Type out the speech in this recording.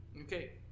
Okay